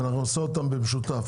אנחנו נעשה אותם במשותף,